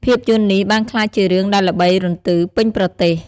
ភាពយន្តនេះបានក្លាយជារឿងដែលល្បីរន្ទឺពេញប្រទេស។